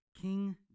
King